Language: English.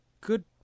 good